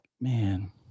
man